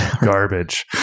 garbage